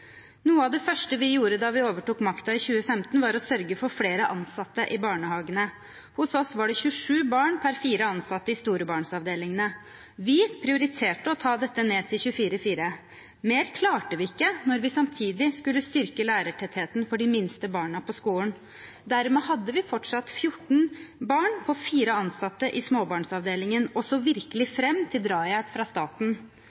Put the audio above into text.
Noe av det første vi gjorde da vi overtok makten i 2015, var å sørge for flere ansatte i barnehagene. Hos oss var det 27 barn per 4 ansatte i storbarnsavdelingene. Vi prioriterte å ta dette ned til 24:4. Mer klarte vi ikke når vi samtidig skulle styrke lærertettheten for de minste barna på skolen. Dermed hadde vi fortsatt 14 barn på 4 ansatte i småbarnsavdelingen, og så virkelig